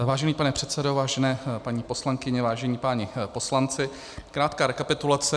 Vážený pane předsedo, vážené paní poslankyně, vážení páni poslanci, krátká rekapitulace.